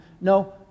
No